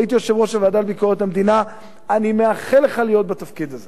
הייתי יושב-ראש הוועדה לביקורת המדינה,